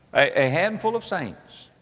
a, a handful of saints,